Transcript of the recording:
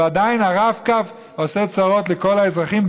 ועדיין הרב-קו עושה צרות לכל האזרחים,